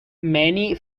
many